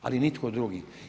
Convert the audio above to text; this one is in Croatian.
Ali nitko drugi.